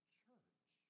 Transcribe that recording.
church